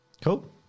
Cool